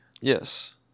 Yes